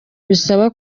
bisaba